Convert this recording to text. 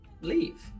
leave